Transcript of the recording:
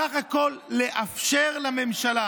בסך הכול לאפשר לממשלה